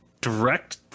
direct